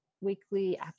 weekly